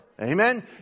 Amen